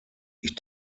ich